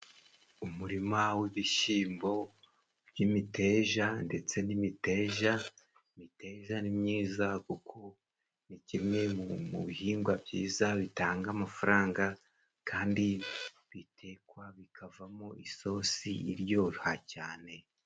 Umurima w'ibishyimbo by'imiteja ndetse n'imiteja, imiteja ni myiza kuko ni kimwe bihingwa byiza bitanga amafaranga, kandi bitekwa bikavamo isosi iryoroha cyane.